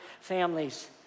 families